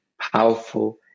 powerful